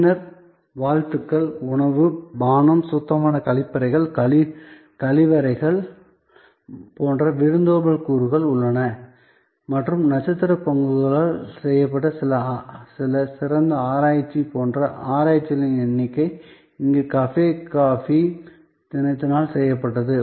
பின்னர் வாழ்த்துக்கள் உணவு பானம் சுத்தமான கழிப்பறைகள் கழிவறைகள் போன்ற விருந்தோம்பல் கூறுகள் உள்ளன மற்றும் நட்சத்திரப் பக்குகளால் செய்யப்பட்ட சில சிறந்த ஆராய்ச்சி போன்ற ஆராய்ச்சிகளின் எண்ணிக்கை இங்கு கஃபே காபி தினத்தினால் செய்யப்பட்டது